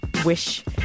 wish